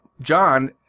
John